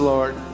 Lord